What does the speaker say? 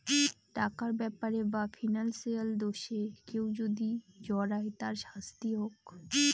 টাকার ব্যাপারে বা ফিনান্সিয়াল দোষে কেউ যদি জড়ায় তার শাস্তি হোক